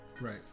Right